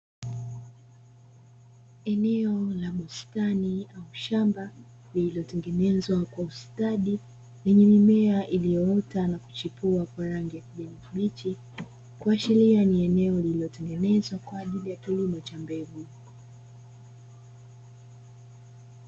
Eneo la bustani au shamba lililotengenezwa kwa ustadi lenye mimea iliyoota na kuchipua kwa rangi ya kijani kibichi, kuashiria ni eneo lililotengenezwa kwa ajili ya kilimo cha mbegu.